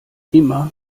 immer